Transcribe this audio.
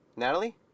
Natalie